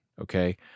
okay